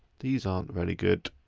these aren't very good.